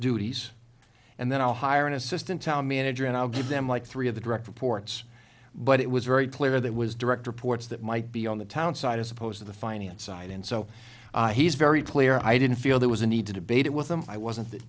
duties and then i'll hire an assistant town manager and i'll give them like three of the direct reports but it was very clear there was direct reports that might be on the town side as opposed to the finance side and so he's very clear i didn't feel there was a need to debate it with them i wasn't that